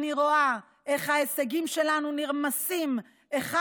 אני רואה איך ההישגים שלנו נרמסים אחד